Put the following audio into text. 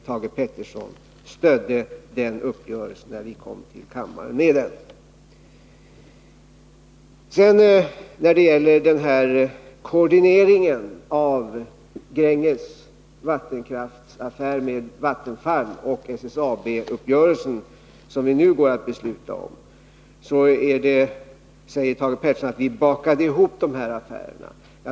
Thage Peterson den uppgörelsen när vi kom till kammaren med den. När det sedan gäller koordineringen av Gränges vattenkraftsaffär med Vattenfall och SSAB-uppgörelsen, som vi nu går att besluta om, säger Thage Peterson att vi bakade ihop de här affärerna.